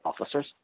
officers